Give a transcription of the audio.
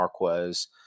Marquez